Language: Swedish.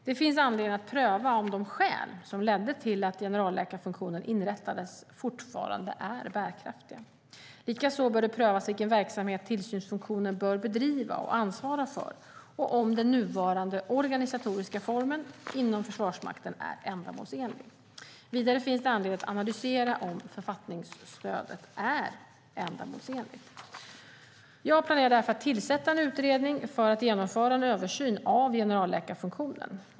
Det finns anledning att pröva om de skäl som ledde till att generalläkarfunktionen inrättades fortfarande är bärkraftiga. Likaså bör det prövas vilken verksamhet tillsynsfunktionen bör bedriva och ansvara för och om den nuvarande organisatoriska formen inom Försvarsmakten är ändamålsenlig. Vidare finns det anledning att analysera om författningsstödet är ändamålsenligt. Jag planerar därför att tillsätta en utredning för att genomföra en översyn av generalläkarfunktionen.